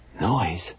noise